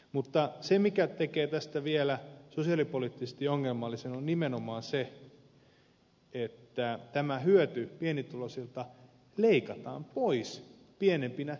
mutta se mikä tekee tästä vielä sosiaalipoliittisesti ongelmallisen on nimenomaan se että tämä hyöty pienituloisilta leikataan pois pienempinä indeksikorotuksina